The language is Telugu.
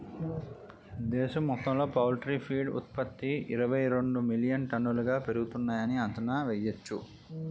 దేశం మొత్తంలో పౌల్ట్రీ ఫీడ్ ఉత్త్పతి ఇరవైరెండు మిలియన్ టన్నులుగా పెరుగుతున్నాయని అంచనా యెయ్యొచ్చు